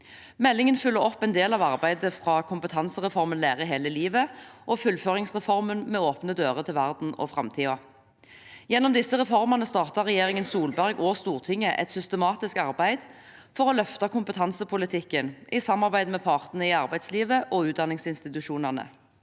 Meldingen følger opp en del av arbeidet fra «Kompetansereformen – Lære hele livet» og «Fullføringsreformen – med åpne dører til verden og fremtiden». Gjennom disse reformene startet regjeringen Solberg og Stortinget et systematisk arbeid for å løfte kompetansepolitikken, i samarbeid med partene i arbeidslivet og utdanningsinstitusjonene.